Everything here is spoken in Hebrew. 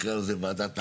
ועדת הערר,